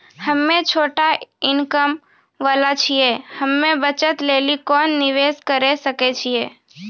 हम्मय छोटा इनकम वाला छियै, हम्मय बचत लेली कोंन निवेश करें सकय छियै?